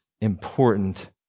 important